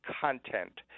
content